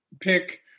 pick